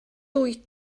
wyt